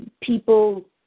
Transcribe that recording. people